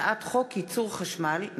הצעת חוק החברות הממשלתיות (תיקון,